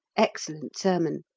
excellent sermon.